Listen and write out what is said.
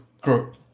group